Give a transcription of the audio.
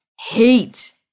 hate